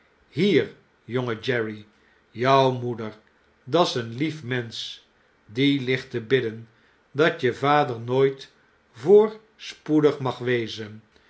hier jonge jerry jou moeder da's een lief mensch die ligt te bidden dat je vader nooit voorspoedig mag wezen